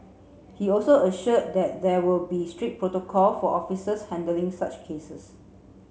he also assured that there will be strict protocol for officers handling such cases